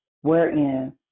wherein